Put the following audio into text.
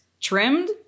trimmed